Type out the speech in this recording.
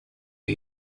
are